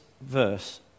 verse